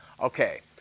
Okay